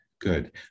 Good